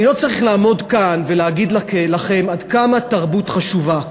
אני לא צריך לעמוד כאן ולהגיד לכם עד כמה תרבות חשובה,